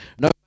No